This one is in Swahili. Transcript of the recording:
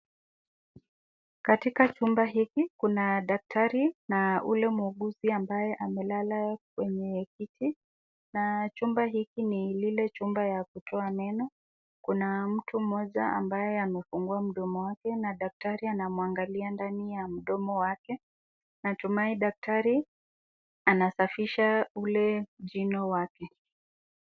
Katika chumba hiki, kuna daktari na ule muuguzi ambaye amelala kwenye kiti, na chumba hiki ni lile chumba ya kutoa meno, kuna mtu mmoja ambaye amefungua mdomo wake na daktari anamwangalia ndani ya mdomo wake, natumai daktari anasafisha ule jino wake.